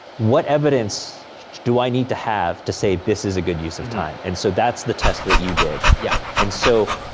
what evidence do i need to have to say, this is a good use of time? and so, that's the test that you did. yeah. and so,